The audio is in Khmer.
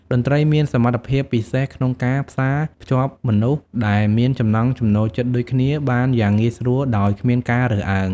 តន្ត្រីមានសមត្ថភាពពិសេសក្នុងការផ្សារភ្ជាប់មនុស្សដែលមានចំណង់ចំណូលចិត្តដូចគ្នាបានយ៉ាងងាយស្រួលដោយគ្មានការរើសអើង។